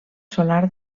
solar